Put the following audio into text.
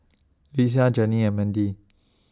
Lesia Janeen and Mandy